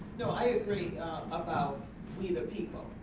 no, i agree about we the people,